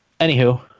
anywho